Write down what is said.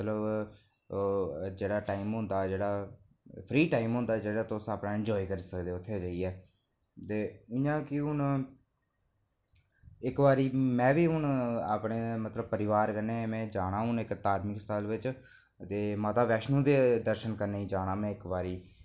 मतलब ओह् जेह्ड़ा टाईम होंदा जेह्ड़ा फ्री टाईम होंदा जेह्ड़ा तुस अपना एंजॉय करी सकदे उत्थें जाइयै ते इंया की हून इक्क बारी में बी अपने हून परिवार कन्नै जाना अपने धार्मिक स्थल बिच ते माता वैष्णो दे दर्शन करने गी जाना में इक्क बारी